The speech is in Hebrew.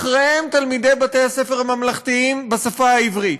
אחריהם, תלמידי בתי-הספר הממלכתיים בשפה העברית,